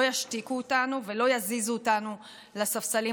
לא ישתיקו אותנו ולא יזיזו אותנו לספסלים